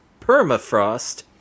Permafrost